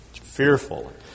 fearful